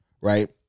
right